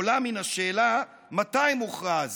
עולה מן השאלה מתי מוכרז